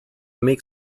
make